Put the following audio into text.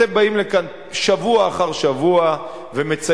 אתם באים לכאן שבוע אחר שבוע ומציינים